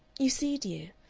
you see, dear,